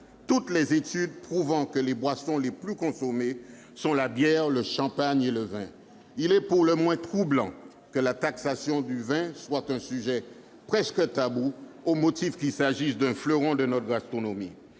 toutes les études prouvant que les boissons les plus consommées sont la bière, le champagne et le vin. Il est pour le moins troublant que la taxation du vin soit un sujet presque tabou au motif qu'il s'agit d'un fleuron de notre gastronomie.